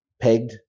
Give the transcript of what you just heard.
pegged